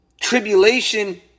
tribulation